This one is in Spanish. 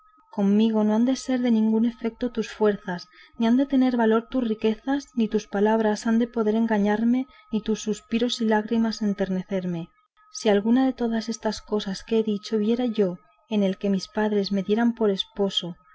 conmigo no han de ser de ningún efecto tus fuerzas ni han de tener valor tus riquezas ni tus palabras han de poder engañarme ni tus suspiros y lágrimas enternecerme si alguna de todas estas cosas que he dicho viera yo en el que mis padres me dieran por esposo